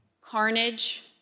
carnage